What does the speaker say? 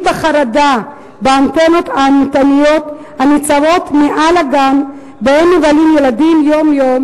בחרדה באנטנות האימתניות הניצבות מעל הגן שבו הילדים מבלים יום-יום